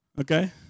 Okay